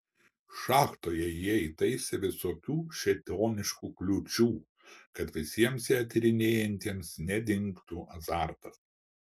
šachtoje jie įtaisė visokių šėtoniškų kliūčių kad visiems ją tyrinėjantiems nedingtų azartas